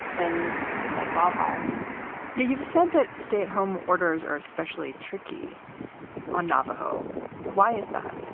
then it's like wildfire you've said that stay at home orders are especially tricky on navajo why is that?